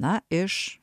na iš